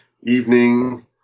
evening